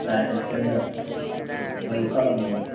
പേരൻസിന് wife ആണ് വന്നത്